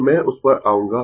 तो मैं उस पर आऊंगा